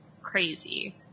crazy